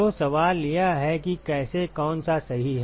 तो सवाल यह है कि कैसे कौन सा सही है